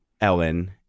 Ellen